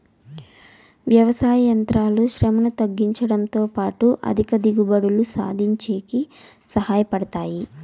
వ్యవసాయ యంత్రాలు శ్రమను తగ్గించుడంతో పాటు అధిక దిగుబడులు సాధించేకి సహాయ పడతాయి